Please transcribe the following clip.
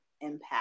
impact